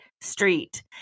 street